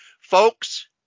Folks